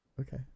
Okay